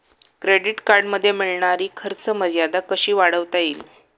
Credit कार्डमध्ये मिळणारी खर्च मर्यादा कशी वाढवता येईल?